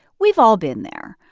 we've all been there,